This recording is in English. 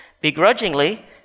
begrudgingly